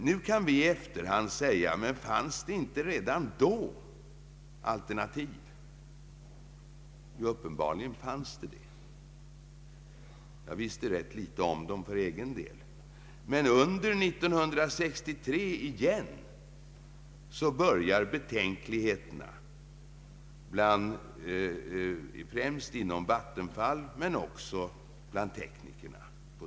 Nu kan man i efterhand fråga: Fanns det inte redan då alternativ? Jo, uppenbarligen fanns sådana. Jag visste dock rätt litet om dem för egen del, men 1963 började åter betänkligheterna, främst inom Vattenfall men också på sina håll bland teknikerna.